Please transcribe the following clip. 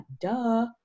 duh